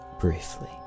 Briefly